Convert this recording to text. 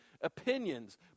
opinions